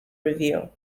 review